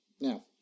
now